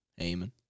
Amen